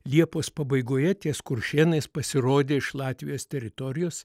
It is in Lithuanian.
liepos pabaigoje ties kuršėnais pasirodė iš latvijos teritorijos